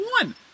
one